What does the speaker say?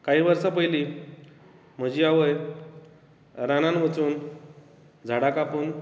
कांय वर्सां पयलीं म्हजी आवय रानांत वचून झाडां कापून